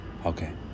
Okay